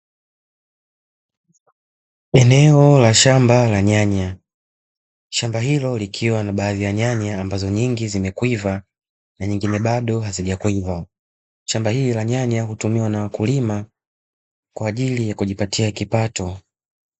Eneo la shamba la nyanya. Shamba hilo likiwa na baadhi ya nyanya, ambazo nyingi zimekwiva na nyingine bado hazijakwiva. Shamba hili la nyanya hutumiwa na wakulima kwa ajili ya kujipatia kipato.